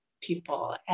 people